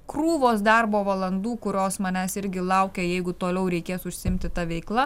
krūvos darbo valandų kurios manęs irgi laukia jeigu toliau reikės užsiimti ta veikla